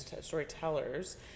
storytellers